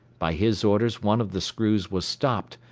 by his orders one of the screws was stopped,